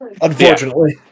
Unfortunately